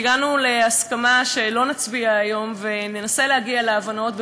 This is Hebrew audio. והגענו להסכמה שלא נצביע היום וננסה להגיע להבנות,